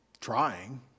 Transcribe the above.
trying